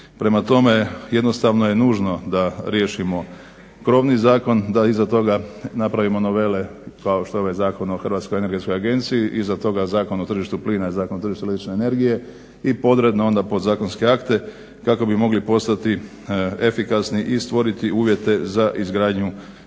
Prema tome, jednostavno je nužno da riješimo krovni zakon, da iza toga napravimo novele kao što je ovaj Zakon o Hrvatskoj energetskoj agenciji, iza toga Zakon o tržištu plina i Zakon o tržištu električne energije i podredno onda podzakonske akte kako bi mogli postati efikasni i stvoriti uvjete za izgradnju energetskih